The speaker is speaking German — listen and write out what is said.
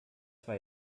war